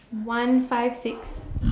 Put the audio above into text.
one five six